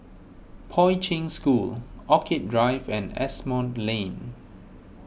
Poi Ching School Orchid Drive and Asimont Lane